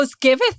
giveth